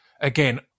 again